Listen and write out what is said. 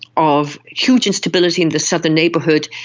of huge instability in the southern neighbourhood.